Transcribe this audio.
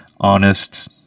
honest